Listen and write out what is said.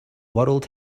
world